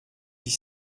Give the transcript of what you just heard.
huit